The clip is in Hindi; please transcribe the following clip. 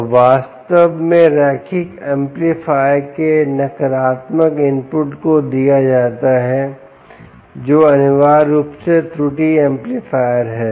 और वास्तव में रैखिक एम्पलीफायर के नकारात्मक इनपुट को दिया जाता है जो अनिवार्य रूप से त्रुटि एम्पलीफायर है